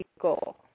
goal